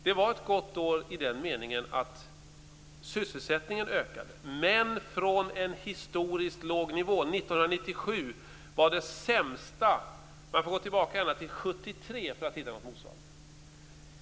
Det var ett gott år i den meningen att sysselsättningen ökade, men från en historiskt låg nivå. 1997 var det sämsta året. Man får gå tillbaka ända till 1973 för att hitta något motsvarande.